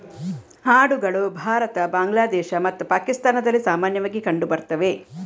ಆಡುಗಳು ಭಾರತ, ಬಾಂಗ್ಲಾದೇಶ ಮತ್ತು ಪಾಕಿಸ್ತಾನದಲ್ಲಿ ಸಾಮಾನ್ಯವಾಗಿ ಕಂಡು ಬರ್ತವೆ